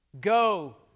Go